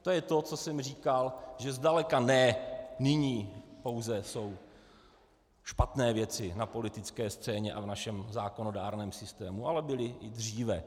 To je to, co jsem říkal, že zdaleka ne nyní pouze jsou špatné věci na politické scéně a v našem zákonodárném systému, ale byly i dříve.